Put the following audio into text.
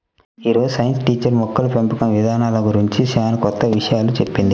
యీ రోజు science teacher మొక్కల పెంపకం ఇదానాల గురించి చానా కొత్త విషయాలు చెప్పింది